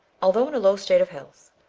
although in a low state of health,